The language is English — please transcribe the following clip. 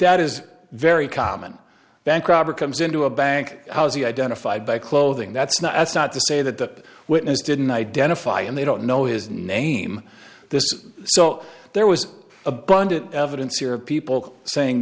that is very common bank robber comes into a bank how is he identified by clothing that's not that's not to say that witness didn't identify and they don't know his name this so there was abundant evidence here of people saying